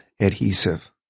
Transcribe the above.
Adhesive